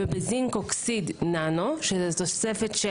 בזינקוקסיד ננו שזה תוספת 6,